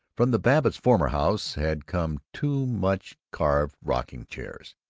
from the babbitts' former house had come two much-carved rocking-chairs,